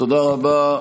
תודה רבה.